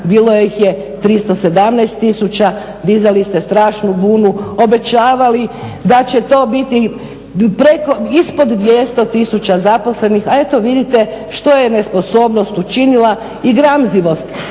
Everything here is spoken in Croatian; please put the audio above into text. bilo ih je 317 000. Dizali ste strašnu bunu, obećavali da će to biti ispod 200 000 zaposlenih, a eto vidite što je nesposobnost učinila i gramzivost.